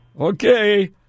Okay